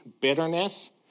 bitterness